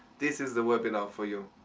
this is the webinar for you.